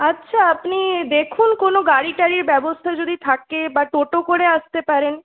আচ্ছা আপনি দেখুন কোনো গাড়ি টাড়ি ব্যবস্থা যদি থাকে বা টোটো করে আসতে পারেন